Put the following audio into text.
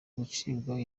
gucibwa